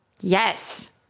Yes